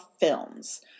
films